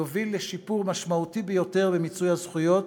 יוביל לשיפור משמעותי ביותר במיצוי הזכויות